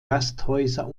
gasthäuser